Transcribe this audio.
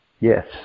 Yes